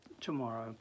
tomorrow